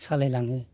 सालाइलाङो